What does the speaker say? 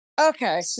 Okay